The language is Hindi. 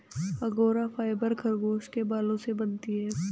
अंगोरा फाइबर खरगोश के बालों से बनती है